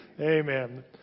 Amen